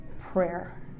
prayer